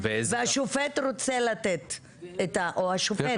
והשופט רוצה לתת או השופטת.